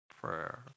prayer